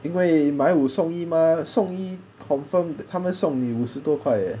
因为买五送一 mah 送一 confirmed 他们送你五十多块 eh